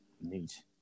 Neat